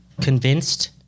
Convinced